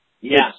yes